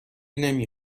نمی